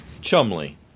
Chumley